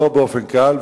לא באופן קל,